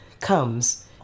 comes